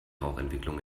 rauchentwicklung